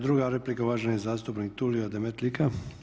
Druga replika uvaženi zastupnik Tulio Demetlika.